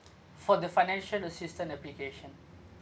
for the financial assistance application